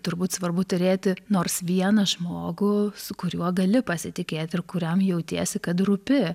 turbūt svarbu turėti nors vieną žmogų su kuriuo gali pasitikėti ir kuriam jautiesi kad rūpi